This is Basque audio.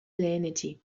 lehenetsi